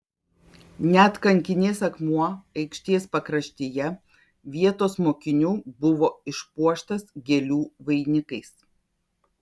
net kankinės akmuo aikštės pakraštyje vietos mokinių buvo išpuoštas gėlių vainikais